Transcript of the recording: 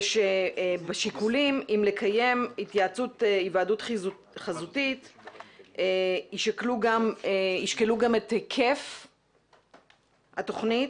ושבשיקולים אם לקיים היוועדות חזותית ישקלו גם את היקף התוכנית,